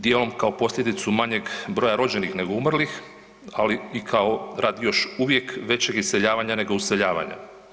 Dijelom kao posljedicu manjeg broja rođenih nego umrlih, ali i kao radi još uvijek većeg iseljavanja nego useljavanja.